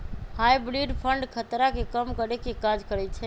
hybrid fund खतरा के कम करेके काज करइ छइ